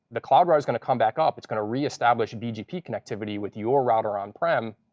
the cloud router is going to come back up. it's going to reestablish bgp connectivity with your router on-prem.